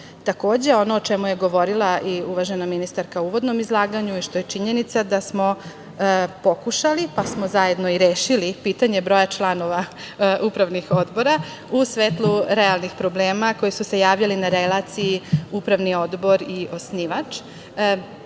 ono o čemu je govorila i uvažena ministarka u uvodnom izlaganju i što je činjenica da smo pokušali, pa smo zajedno i rešili pitanje broja članova upravnih odbora u svetlu realnih problema koji su se javljali na relaciji upravni odbor i osnivač.